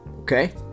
Okay